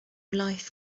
life